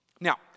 Now